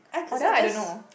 orh that one I don't know